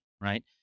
Right